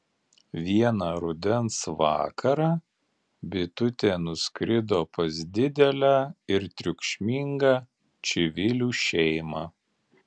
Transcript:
vieną rudens vakarą bitutė nuskrido pas didelę ir triukšmingą čivilių šeimą